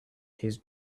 his